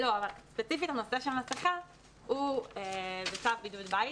אבל ספציפית הנושא הזה של מסכה הוא בצו בידוד בית.